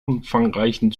umfangreichen